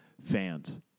fans